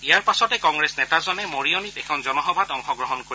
ইয়াৰ পাছতে কংগ্ৰেছ নেতাজনে মৰিয়নীত এখন জনসভাত অংশগ্ৰহণ কৰিব